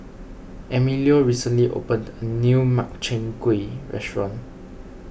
Emilio recently opened a new Makchang Gui Restaurant